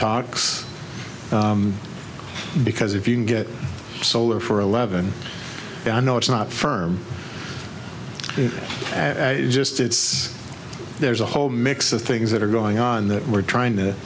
talks because if you can get solar for eleven i know it's not firm it's just it's there's a whole mix of things that are going on that we're trying